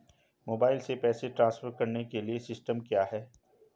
Mobile से पैसे transfer करने के लिए सिस्टम क्या है?